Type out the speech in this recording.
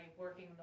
working